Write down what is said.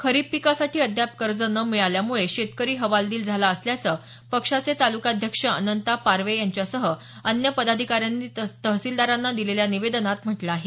खरीप पिकासाठी अद्याप कर्ज न मिळाल्यामुळे शेतकरी हवालदिल झाला असल्याचं पक्षाचे तालुकाध्यक्ष अनंता पारवे यांच्यासह अन्य पदाधिकाऱ्यांनी तहसिलदारांना दिलेल्या निवेदनात म्हटलं आहे